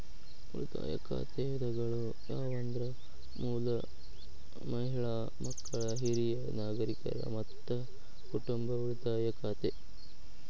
ಉಳಿತಾಯ ಖಾತೆ ವಿಧಗಳು ಯಾವಂದ್ರ ಮೂಲ, ಮಹಿಳಾ, ಮಕ್ಕಳ, ಹಿರಿಯ ನಾಗರಿಕರ, ಮತ್ತ ಕುಟುಂಬ ಉಳಿತಾಯ ಖಾತೆ